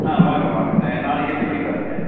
ஆ வாங்க வாங்க நாளைக்கு எத்தனி மணிக்கு வரீங்க